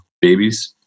babies